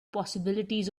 possibilities